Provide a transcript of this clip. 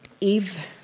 Eve